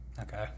Okay